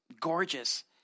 gorgeous